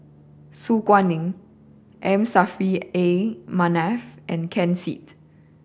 Su Guaning M Saffri A Manaf and Ken Seet